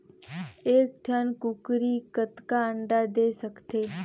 एक ठन कूकरी कतका अंडा दे सकथे?